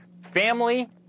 family